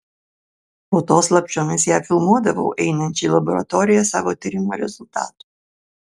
po to slapčiomis ją filmuodavau einančią į laboratoriją savo tyrimo rezultatų